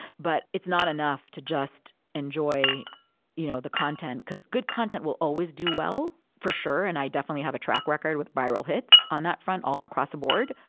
but it's not enough to just enjoy you know the content, because good content will always do well, for sure, and i definitely have a track record with viral hits on that front all across the board.